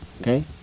Okay